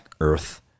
Earth